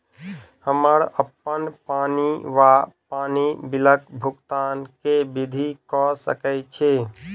हम्मर अप्पन पानि वा पानि बिलक भुगतान केँ विधि कऽ सकय छी?